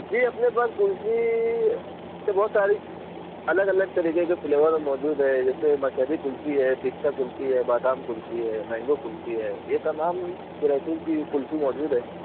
جی اپنے پاس کلفی کے بہت ساری الگ الگ طریقے کے فلیور موجود ہیں جیسے مشہدی کلفی ہے پستہ کلفی ہے بادام کلفی ہے مینگو کلفی ہے ایک کا نام کلفی موجود ہے